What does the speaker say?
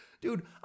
Dude